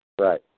Right